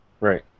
Right